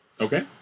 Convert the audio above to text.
Okay